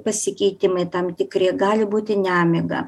pasikeitimai tam tikri gali būti nemiga